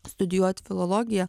studijuot filologiją